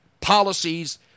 policies